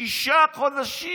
שישה חודשים.